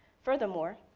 furthermore,